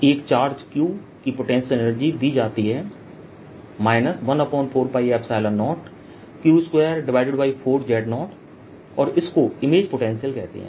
एक charge q की potential energy दी जाती है 14π0q24z0और इसको इमेज पोटेंशियल कहते हैं